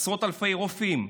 עשרות אלפי רופאים,